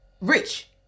rich